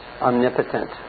omnipotent